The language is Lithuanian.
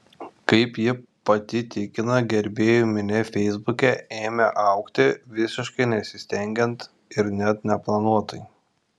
kaip ji pati tikina gerbėjų minia feisbuke ėmė augti visiškai nesistengiant ir net neplanuotai